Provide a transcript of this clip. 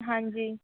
ਹਾਂਜੀ